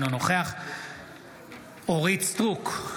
אינו נוכח אורית מלכה סטרוק,